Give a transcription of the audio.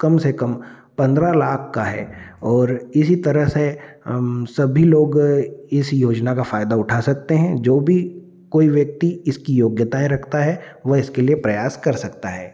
कम से कम पंद्रह लाख का है और इसी तरह से सभी लोग इस योजना का फ़ायदा उठा सकते हैं जो भी कोई व्यक्ति इसकी योग्यताएँ रखता है वह इसके लिए प्रयास कर सकता है